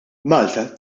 malta